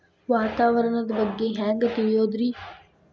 ವಾತಾವರಣದ ಬಗ್ಗೆ ಹ್ಯಾಂಗ್ ತಿಳಿಯೋದ್ರಿ?